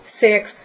six